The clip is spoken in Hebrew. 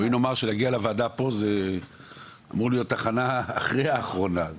בואי נאמר שלהגיע לוועדה פה זה אמור להיות תחנה אחרי האחרונה.